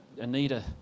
Anita